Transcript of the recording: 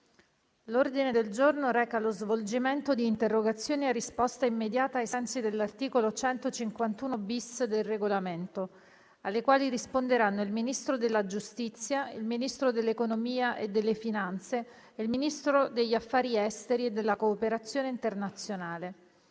L'ordine del giorno reca lo svolgimento di interrogazioni a risposta immediata (cosiddetto *question time*), ai sensi dell'articolo 151-*bis* del Regolamento, alle quali risponderanno il Ministro della giustizia, il Ministro dell'economia e delle finanze e il Ministro degli affari esteri e della cooperazione internazionale.